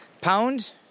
pound